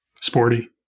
sporty